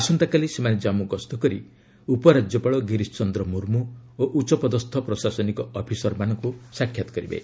ଆସନ୍ତାକାଲି ସେମାନେ ଜାଞ୍ଗୁ ଗସ୍ତ କରି ଉପରାଜ୍ୟପାଳ ଗିରିଶ ଚନ୍ଦ୍ର ମୁର୍ମୁ ଓ ଉଚ୍ଚ ପଦସ୍ଥ ପ୍ରଶାସନିକ ଅଫିସରମାନଙ୍କୁ ସାକ୍ଷାତ କରିବେ